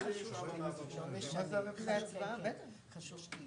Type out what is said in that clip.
לא המצאנו את הגלגל, פשוט לקחנו דגם שקיים